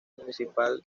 municipal